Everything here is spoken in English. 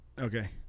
Okay